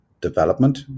development